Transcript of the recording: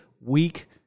weak